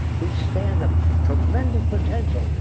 we stand ah for tremendous potential.